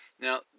Now